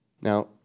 Now